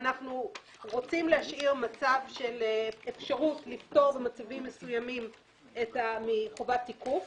אנחנו רוצים להשאיר מצב של אפשרות לפטור במצבים מסוימים מחובת תיקוף.